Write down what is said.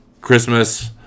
Christmas